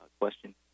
question